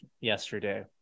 yesterday